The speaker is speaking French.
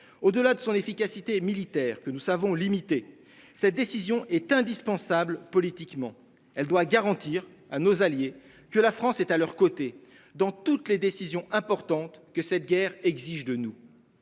Au-delà de son efficacité militaire que nous savons limité. Cette décision est indispensable. Politiquement elle doit garantir à nos alliés que la France est à leurs côtés dans toutes les décisions importantes que cette guerre exige de nous.